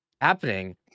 happening